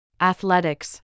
Athletics